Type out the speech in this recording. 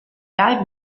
live